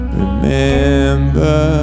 remember